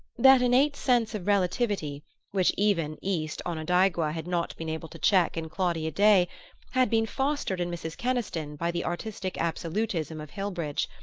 that innate sense of relativity which even east onondaigua had not been able to check in claudia day had been fostered in mrs. keniston by the artistic absolutism of hillbridge,